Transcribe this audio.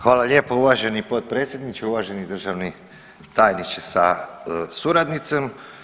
Hvala lijepo uvaženi potpredsjedniče, uvaženi državni tajniče sa suradnicom.